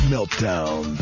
Meltdown